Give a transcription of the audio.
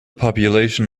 population